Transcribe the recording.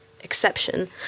exception